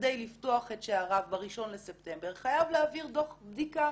בכדי לפתוח את שעריו ב-1 בספטמבר חייב להעביר דוח בדיקה